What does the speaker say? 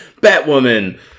Batwoman